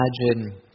imagine